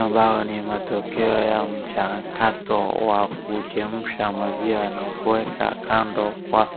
ambao ni matokeo ya mchakato wa kuchemsha maziwa na kuweka kando kwa